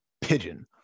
pigeon